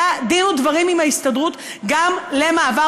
היה דין-ודברים עם ההסתדרות גם על מעבר